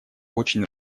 очень